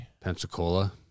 Pensacola